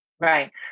right